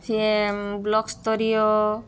ସିଏ ବ୍ଲକ୍ ସ୍ତରୀୟ